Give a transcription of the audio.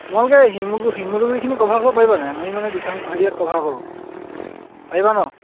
তোমালোকে শিমু শিমলুগুৰিখিনি কভাৰ কৰিব পাৰিবানে আমি মানে দিচাংমুখ হেৰিয়াত কভাৰ কৰোঁ পাৰিবা নহ্